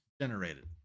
generated